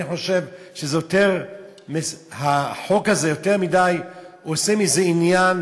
אני חושב שהחוק הזה יותר מדי עושה מזה עניין